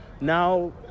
Now